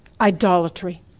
idolatry